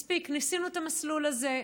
מספיק, ניסינו את המסלול הזה.